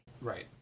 Right